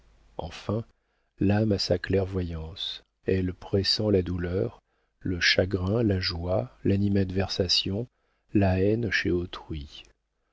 enfin l'âme a sa clairvoyance elle pressent la douleur le chagrin la joie l'animadversion la haine chez autrui